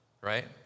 Right